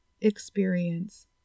experience